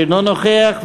שאינו נוכח,